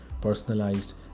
personalized